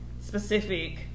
specific